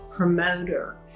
promoter